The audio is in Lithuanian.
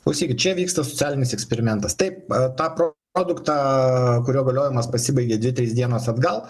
klausykit čia vyksta socialinis eksperimentas taip ta pro produktą kurio galiojimas pasibaigė dvi tris dienas atgal